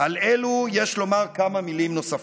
על אלו יש לומר כמה מילים נוספות: